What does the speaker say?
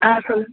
ஆ சொல்